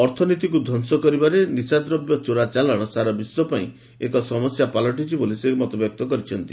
ଅର୍ଥନୀତିକୁ ଧ୍ୱଂସ କରିବାରେ ନିଶାଦ୍ରବ୍ୟ ଚୋରାଚାଲାଣ ସାରା ବିଶ୍ୱପାଇଁ ଏକ ସମସ୍ୟା ପାଲଟିଛି ବୋଲି ସେ କହିଛନ୍ତି